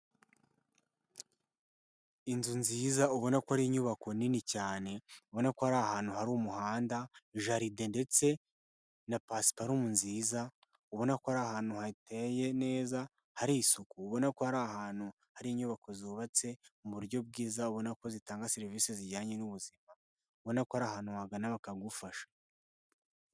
Inzu nziza ubona ko ari inyubako nini cyane, ubona ko ari ahantu hari umuhanda, jaride ndetse na pasiparumu nziza. Ubona ko ari ahantu hateye neza hari isuku. Ubona ko ari ahantu hari inyubako zubatse mu buryo bwiza, ubona ko zitanga serivisi zijyanye n'ubuzima, ubona ko ari ahantu wagana bakagufasha.